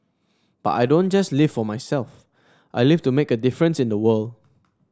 but I don't just live for myself I live to make a difference in the world